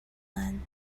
man